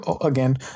again